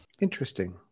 Interesting